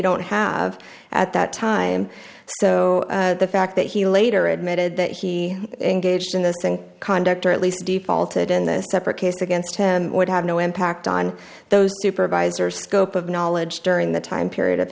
don't have at that time so the fact that he later admitted that he engaged in this thing conduct or at least deep altered in the separate case against him would have no impact on those supervisors scope of knowledge during the time period